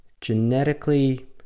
genetically